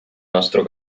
nostro